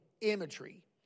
imagery